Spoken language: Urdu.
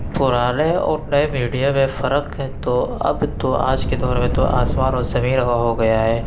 پُرانے اور نئے میڈیا میں فرق ہے تو اب تو آج کے دور میں تو آسمان و زمین کا ہو گیا ہے